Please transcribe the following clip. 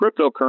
cryptocurrency